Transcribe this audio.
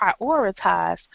prioritize